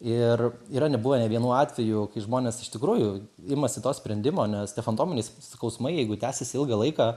ir yra nebuvę ne vienų atvejų kai žmonės iš tikrųjų imasi to sprendimo nes tie fantominiai skausmai jeigu tęsiasi ilgą laiką